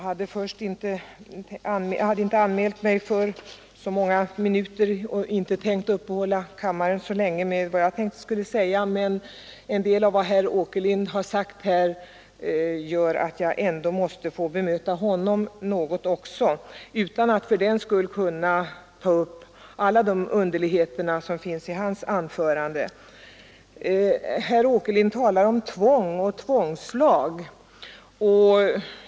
Herr talman! Jag hade inte anmält mig för något längre anförande för att inte uppehålla kammarens ledamöter alltför mycket med vad jag tänkte säga, men en del av vad herr Åkerlind sagt gör att jag också måste få bemöta honom =— utan att gå in på alla de underligheter som fanns i hans anförande. Herr Åkerlind talar om tvång och tvångslag.